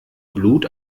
blut